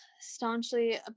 staunchly